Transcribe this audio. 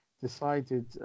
decided